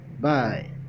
Bye